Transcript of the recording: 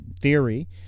theory